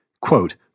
quote